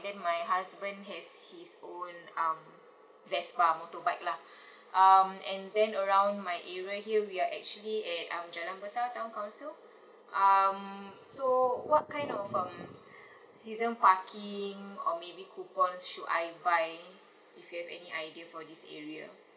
and then my husband has his own um vesper motorbike lah um and then around my area here we're actually at um jalan besar town council um so what kind of um season parking or maybe coupon should I buy if you have any idea for this area